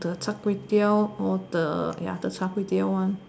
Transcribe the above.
the Char-Kway-Teow or the ya the Char-Kway-Teow one